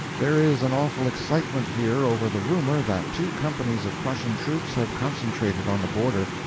there is an awful excitement here over the rumour that two companies of prussian troops have concentrated on the border.